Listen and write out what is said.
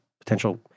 potential